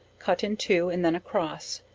cut in two and then across,